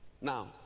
now